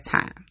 time